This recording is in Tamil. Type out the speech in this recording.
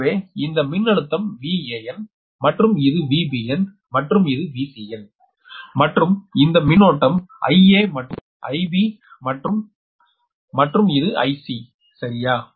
எனவே இந்த மின்னழுத்தம் VAn மற்றும் இது VBn மற்றும் இது VCn மாற்று இந்த மின்னோட்டம் IA மற்றும் இது IB மற்றும் மற்றும் இது IC சரியா